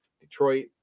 Detroit